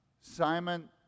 Simon